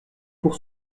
pour